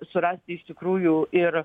surasti iš tikrųjų ir